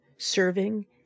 serving